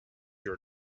your